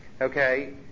okay